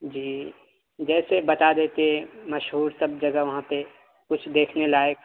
جی جیسے بتا دیتے مشہور سب جگہ وہاں پہ کچھ دیکھنے لائق